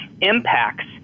impacts